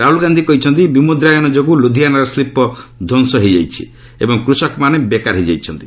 ରାହୁଲ ଗାନ୍ଧି କହିଛନ୍ତି ବିମୁଦ୍ରାୟନ ଯୋଗୁଁ ଲୁଧିଆନାର ଶିଳ୍ପ ଧ୍ୱଂସ ହୋଇଯାଇଛି ଏବଂ କୃଷକମାନେ ବେକାର ହେଇଯାଇଛନ୍ତି